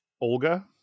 Olga